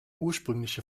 ursprüngliche